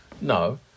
No